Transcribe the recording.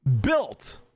built